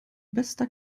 bester